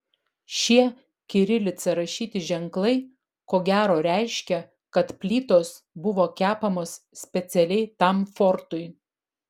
šie kirilica rašyti ženklai ko gero reiškia kad plytos buvo kepamos specialiai tam fortui